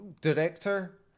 director